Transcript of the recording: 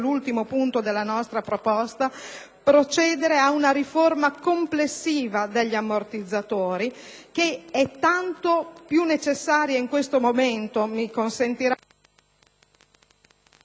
l'ultimo punto della nostra proposta - procedere ad una riforma complessiva degli ammortizzatori, che è tanto più necessaria in questo momento proprio